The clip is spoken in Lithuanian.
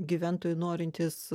gyventojai norintys